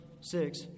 six